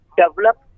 develop